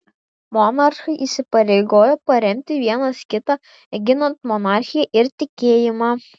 monarchai įsipareigojo paremti vienas kitą ginant monarchiją ir tikėjimą